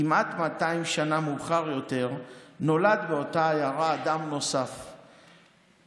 כמעט 200 שנה מאוחר יותר נולד באותה עיירה אדם נוסף שזכה,